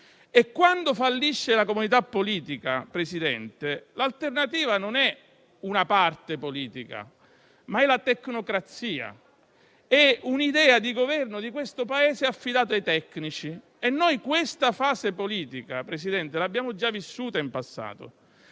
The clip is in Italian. e, quando fallisce la comunità politica, Presidente, l'alternativa non è una parte politica, ma è la tecnocrazia, un'idea di governo di questo Paese affidata ai tecnici. Presidente, noi abbiamo già vissuto in passato